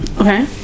Okay